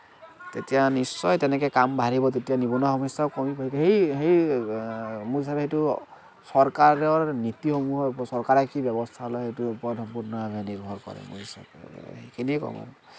তেতিয়া নিশ্চয় তেনেকৈ কাম বাঢ়িব তেতিয়া নিবনুৱা সমস্যাও কমিব সেই সেই মোৰ হিচাপে চৰকাৰৰ নীতিসমূহৰ ওপৰত চৰকাৰে কি ব্যৱস্থা লয় সেইটোৰ ওপৰত সম্পূৰ্ণৰূপে নিৰ্ভৰ কৰে মোৰ হিচাপত সেইখিনিয়েই ক'ম আৰু